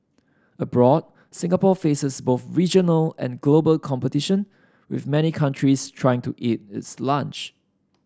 abroad Singapore faces both regional and global competition with many countries trying to eat its lunch